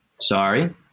Sorry